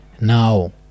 now